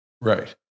Right